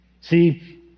See